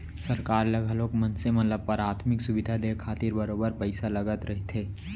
सरकार ल घलोक मनसे मन ल पराथमिक सुबिधा देय खातिर बरोबर पइसा लगत रहिथे